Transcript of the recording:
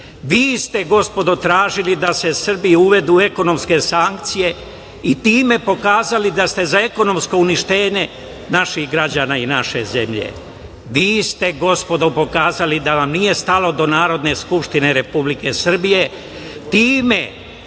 Vi ste, gospodo, tražili da se Srbiji uvedu ekonomske sankcije i time pokazali da ste za ekonomsko uništenje naših građana i naše zemlje. Vi ste, gospodo, pokazali da vam nije stalo do Narodne skupštine Republike Srbije time